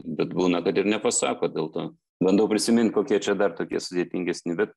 bet būna kad ir nepasako dėl to bandau prisimint kokie čia dar tokie sudėtingesni bet